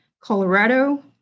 Colorado